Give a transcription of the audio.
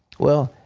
well,